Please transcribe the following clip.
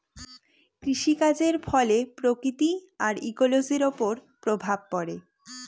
কৃষিকাজের ফলে প্রকৃতি আর ইকোলোজির ওপর প্রভাব পড়ে